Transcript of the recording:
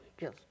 Yes